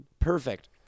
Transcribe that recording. Perfect